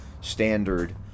standard